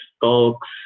folks